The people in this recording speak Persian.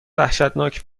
وحشتناک